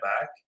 back